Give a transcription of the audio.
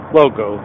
logo